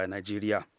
Nigeria